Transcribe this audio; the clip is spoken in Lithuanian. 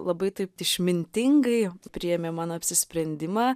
labai taip išmintingai priėmė mano apsisprendimą